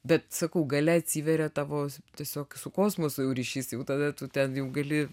bet sakau gale atsiveria tavo tiesiog su kosmosu jau ryšys jau tada tu ten jau gali